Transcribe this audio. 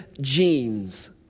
genes